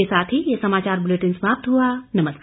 इसी के साथ ये समाचार बुलेटिन समाप्त हुआ नमस्कार